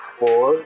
four